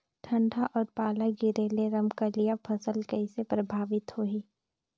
ठंडा अउ पाला गिरे ले रमकलिया फसल कइसे प्रभावित होही?